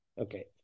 Okay